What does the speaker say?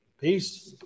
Peace